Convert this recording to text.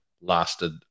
lasted